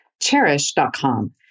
Cherish.com